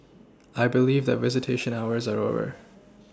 I believe that visitation hours are over